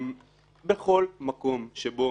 בכל מקום שבו